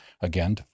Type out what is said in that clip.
again